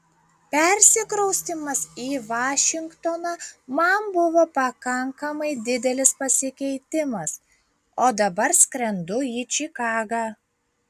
persikraustymas į vašingtoną man buvo pakankamai didelis pasikeitimas o dabar skrendu į čikagą